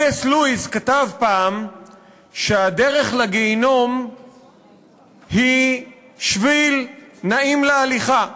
ק"ס לואיס כתב פעם שהדרך לגיהינום היא שביל נעים להליכה,